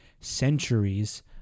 centuries